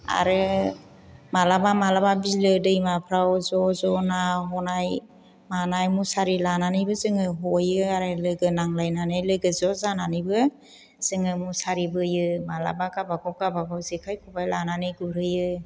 आरो मालाबा मालाबा बिलो दैमाफ्राव ज' ज' ना हनाय मानाय मुसारि लानानैबो जोङो हयो आरो लोगो नांलायनानै लोगो ज' जानानैबो जोङो मुसारि बोयो मालाबा गावबा गाव गावबा गाव जेखाइ खबाइ लानानै गुरहैयो